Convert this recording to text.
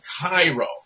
Cairo